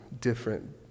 different